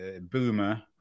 boomer